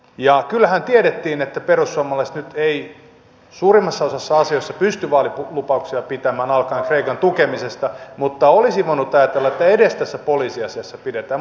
ja kyllähän tiedettiin että perussuomalaiset nyt ei suurimmassa osassa asioita pysty vaalilupauksiaan pitämään alkaen kreikan tukemisesta mutta olisi voinut ajatella että edes tässä poliisiasiassa pidetään